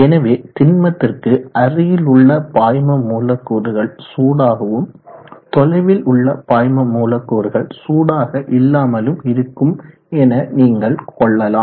எனவே திண்மத்திற்கு அருகில் உள்ள பாய்ம மூலக்கூறுகள் சூடாகவும் தொலைவில் உள்ள பாய்ம மூலக்கூறுகள் சூடாக இல்லாமலும் இருக்கும் என நீங்கள் கொள்ளலாம்